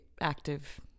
active